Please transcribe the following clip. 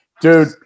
Dude